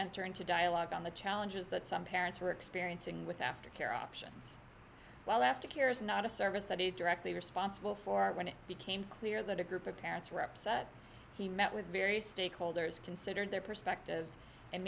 enter into dialogue on the challenges that some parents are experiencing with aftercare options well aftercare is not a service that is directly responsible for when it became clear that a group of parents were upset he met with various stakeholders considered their perspectives and